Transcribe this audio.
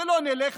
ולא נלך,